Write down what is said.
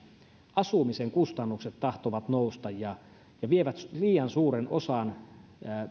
asumisen kustannukset tahtovat nousta ja ja vievät liian suuren osan